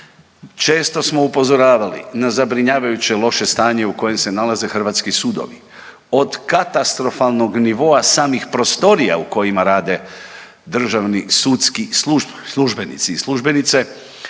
Često smo upozoravali na zabrinjavajuće loše stanje u kojem se nalaze hrvatski sudovi. Od katastrofalnog nivoa samih prostorija u kojima rade državni sudski službenici i službenice